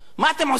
מה אתם עושים?